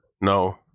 No